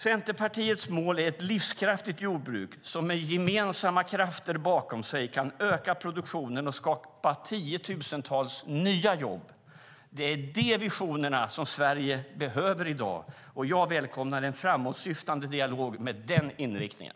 Centerpartiets mål är ett livskraftigt jordbruk som med gemensamma krafter bakom sig kan öka produktionen och skapa tiotusentals nya jobb. Det är dessa visioner Sverige behöver i dag, och jag välkomnar en framåtsyftande dialog med den inriktningen.